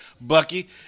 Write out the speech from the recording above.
Bucky